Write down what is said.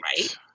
Right